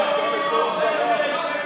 בבקשה לשמור על השקט.